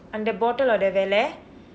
அந்த:andtha bottle-udaiya வில்லை:villai